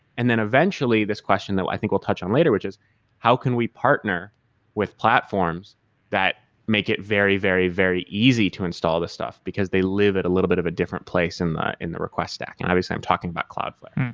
and then eventually this question that i think we'll touch on later, which is how can we partner with platforms that make it very, very, very easy to install this stuff, because they live at a little bit of a different place in the in the request stack, and obviously i'm talking about cloudflare.